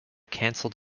canceled